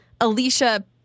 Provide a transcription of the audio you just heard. alicia